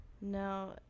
No